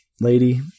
lady